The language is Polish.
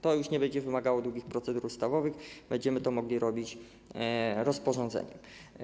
To już nie będzie wymagało długich procedur ustawowych, będziemy to mogli robić rozporządzeniem.